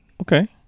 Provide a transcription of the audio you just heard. Okay